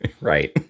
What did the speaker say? right